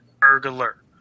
burglar